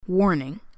Warning